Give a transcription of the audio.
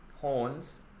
horns